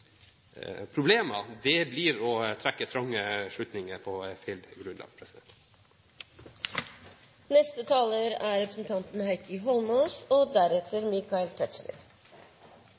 blir å trekke slutninger på feil grunnlag.